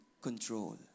control